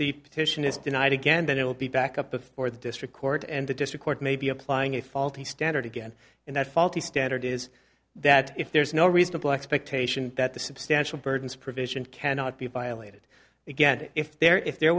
the petition is denied again then it will be back up before the district court and the district court may be applying a faulty standard again and that faulty standard is that if there is no reasonable expectation that the substantial burdens provision cannot be violated again if there if there